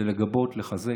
זה לגבות, לחזק,